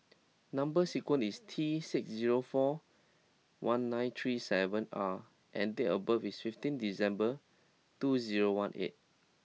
number sequence is T six zero four one nine three seven R and date of birth is fifteen December two zero one eight